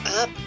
up